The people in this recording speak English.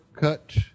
cut